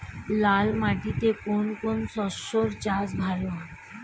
লাল মাটিতে কোন কোন শস্যের চাষ ভালো হয়?